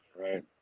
right